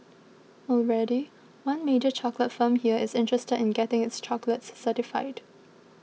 already one major chocolate firm here is interested in getting its chocolates certified